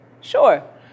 sure